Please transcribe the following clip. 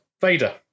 Vader